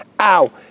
Ow